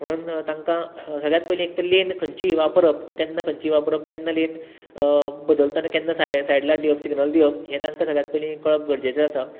म्हुणून तांकां सगळ्यांत पयलीं एक तर लेन खंयची वापरप केन्ना खंयची वापरप केन्न लेन बदलतना केन्ना साय सायड लायट दिवप सिग्नल दिवप हें तांकां सगळ्यात पयली कळप गरजेचें आसा